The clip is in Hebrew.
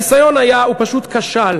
והניסיון היה, הוא פשוט כשל.